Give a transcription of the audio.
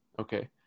okay